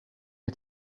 mir